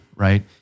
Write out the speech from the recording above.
right